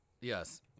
Yes